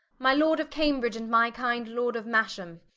my lord of cambridge, and my kinde lord of masham,